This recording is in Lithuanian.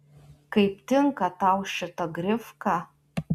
kaip tinka tau šita grifka